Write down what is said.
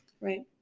Right